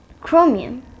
chromium